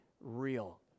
real